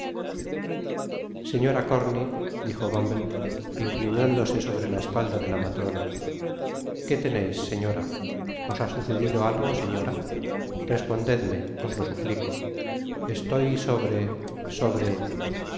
señora corney dijo bumble inclinándose sobre la espalda de la matrona qué tenéis señora os ha sucedido algo señora respondadme os lo suplico estoy sobre sobre